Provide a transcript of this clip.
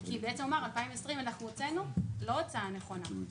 כי בעצם הוא אמר: ב-2020 אנחנו הוצאנו לא הוצאה נכונה.